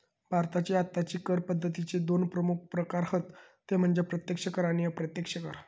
भारताची आत्ताची कर पद्दतीचे दोन प्रमुख प्रकार हत ते म्हणजे प्रत्यक्ष कर आणि अप्रत्यक्ष कर